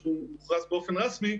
שהוא מוכרז באופן רשמי,